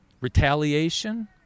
retaliation